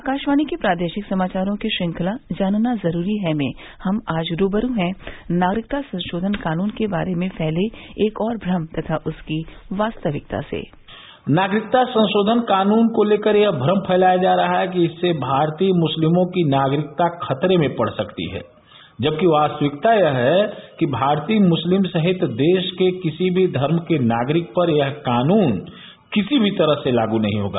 आकाशवाणी के प्रादेशिक समाचारों की श्रृंखला जानना जरूरी है में हम आज रूबरू हैं नागरिकता संशोधन कानून के बारे में फैले एक और भ्रम तथा उसकी वास्तविकता से नागरिकता संशोधन कानून को लेकर यह भ्रम फैलाया जा रहा है कि इससे भारतीय मुस्लिमों की नागरिकता खतरे में पड़ सकती है जबकि वास्तविकता यह है कि भारतीय मुस्लिम सहित देश के किसी भी धर्म के नागरिक पर यह कानून किसी भी तरह से लागू नहीं होगा